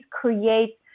create